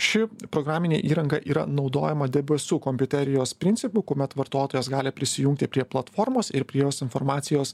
ši programinė įranga yra naudojama debesų kompiuterijos principu kuomet vartotojas gali prisijungti prie platformos ir prie jos informacijos